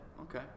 okay